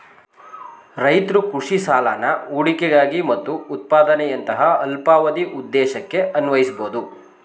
ರೈತ್ರು ಕೃಷಿ ಸಾಲನ ಹೂಡಿಕೆಗಾಗಿ ಮತ್ತು ಉತ್ಪಾದನೆಯಂತಹ ಅಲ್ಪಾವಧಿ ಉದ್ದೇಶಕ್ಕೆ ಅನ್ವಯಿಸ್ಬೋದು